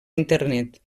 internet